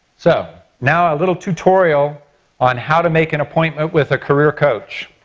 so now a little tutorial on how to make an appointment with a career coach.